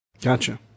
Gotcha